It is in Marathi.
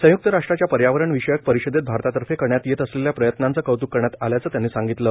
संयुक्त राष्ट्राच्या पर्यावरण विषयक परिषदेत भारतातर्फे करण्यात येत असलेल्या प्रयत्नांचं कौतक करण्यात आल्याचं त्यांनी सांगितलं